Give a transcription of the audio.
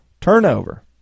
turnover